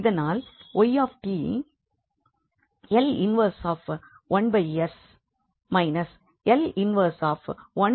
இதனால் y L 11s L 111s2 ஆகும்